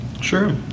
Sure